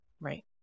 right